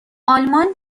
آلمان